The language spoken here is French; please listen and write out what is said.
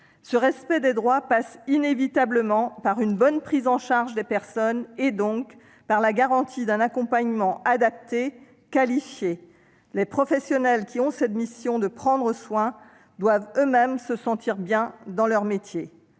Le respect des droits passe inévitablement par une bonne prise en charge des personnes et donc par la garantie d'un accompagnement adapté et qualifié. Les professionnels qui ont pour mission de « prendre soin » doivent eux-mêmes se sentir bien dans leur métier.